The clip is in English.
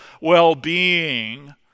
well-being